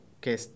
que